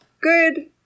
good